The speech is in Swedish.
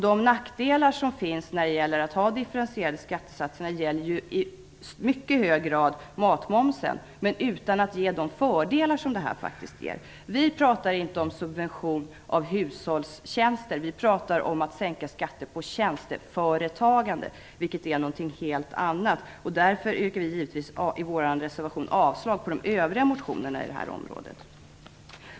De nackdelar som finns med differentierade skattesatser gäller i mycket hög grad för matmomsen, dock utan att där ge de fördelar som våra förslag faktiskt har. Vi pratar inte om subvention av hushållstjänster. Vi pratar om att sänka skatter på tjänsteföretagande, vilket är någonting helt annat. Därför yrkar vi givetvis i vår reservation avslag på de övriga motionerna på detta område.